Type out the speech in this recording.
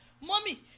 mommy